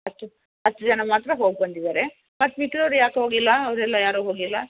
ಅಷ್ಟು ಅಷ್ಟು ಜನ ಮಾತ್ರ ಹೋಗಿ ಬಂದಿದ್ದಾರೆ ಮತ್ತು ಮಿಕ್ದೋರು ಯಾಕೆ ಹೋಗಿಲ್ಲ ಅವರೆಲ್ಲ ಯಾರು ಹೋಗಿಲ್ಲ